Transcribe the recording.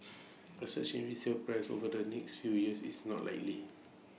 A surge in resale prices over the next few years is not likely